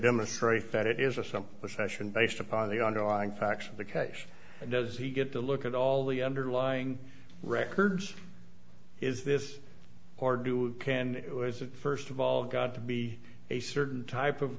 demonstrate that it is a sum a session based upon the underlying facts of the case and does he get to look at all the underlying records is this or do can first of all got to be a certain type of